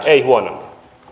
ei huonommin